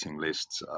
lists